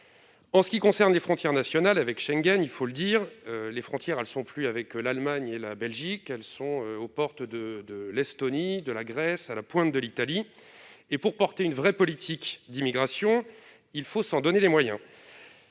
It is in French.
En ce qui concerne les frontières nationales, avec Schengen, nos frontières ne sont plus avec l'Allemagne et la Belgique, mais aux portes de l'Estonie, de la Grèce, ou à la pointe de l'Italie. Pour porter une vraie politique d'immigration, il faut s'en donner les moyens.